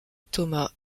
thomas